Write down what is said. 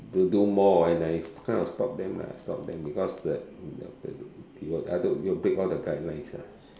to do more and I kind of stop them lah I stop them because the the they will break all the guidelines lah